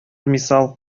мисал